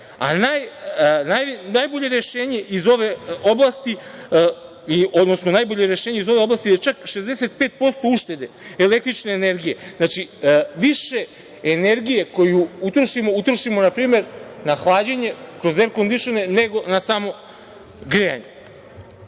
a najbolje rešenje iz ove oblasti je čak 65% uštede električne energije. Znači, više energije koju utrošimo utrošimo npr. na hlađenje kroz erkondišne nego na samo grejanje. Takođe,